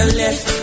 left